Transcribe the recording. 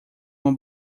uma